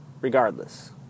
regardless